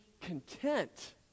content